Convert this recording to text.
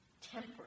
temper